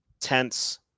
tense